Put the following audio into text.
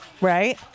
right